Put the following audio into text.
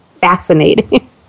fascinating